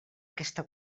aquesta